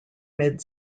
mid